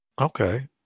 Okay